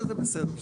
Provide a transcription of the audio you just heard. זה בסדר.